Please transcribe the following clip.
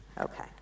Okay